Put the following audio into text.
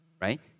right